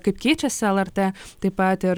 kaip keičiasi lrt taip pat ir